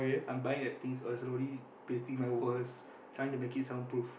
I'm buying a things or slowly pasting my walls trying to make it soundproof